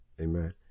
Amen